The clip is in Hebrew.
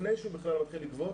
לפני שהוא בכלל מתחיל לגבות,